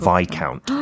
Viscount